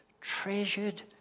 treasured